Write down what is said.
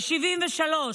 ב-1973,